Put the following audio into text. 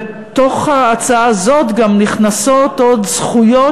בתוך ההצעה הזאת גם נכנסות עוד זכויות,